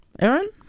Aaron